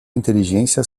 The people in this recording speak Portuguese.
inteligência